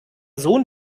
sohn